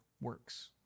works